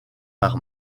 par